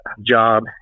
job